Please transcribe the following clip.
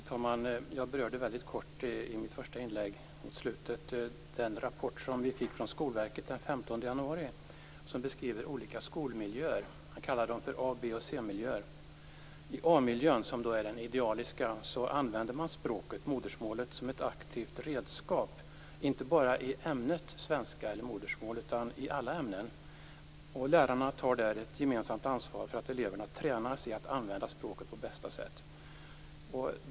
Fru talman! Jag berörde kort i slutet av mitt första inlägg den rapport som vi fick från Skolverket den 15 januari där olika skolmiljöer beskrivs. Man kallar dem A-, B och C-miljöer. I A-miljön, som är den idealiska, använder man språket, modersmålet, som ett aktivt redskap, inte bara i ämnet svenska, eller modersmål, utan i alla ämnen. Lärarna tar där ett gemensamt ansvar för att eleverna tränas i att använda språket på bästa sätt.